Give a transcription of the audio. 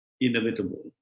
inevitable